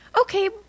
Okay